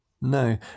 No